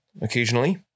occasionally